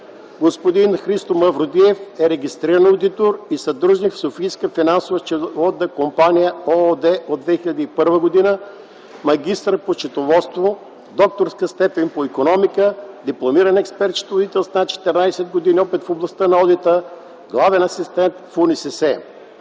Господин Христо Маврудиев е регистриран одитор и съдружник в „Софийска финансово-счетоводна компания” ООД от 2001 г., магистър по счетоводство, докторска степен по икономика, дипломиран експерт-счетоводител с над 14 години опит в областта на одита, главен асистент в УНСС.